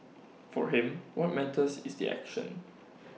for him what matters is the action